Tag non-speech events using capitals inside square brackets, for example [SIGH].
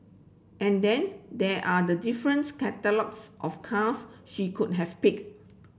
and then there are the difference [UNINTELLIGIBLE] of cars she could have picked